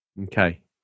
okay